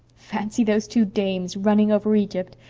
fancy those two dames running over egypt!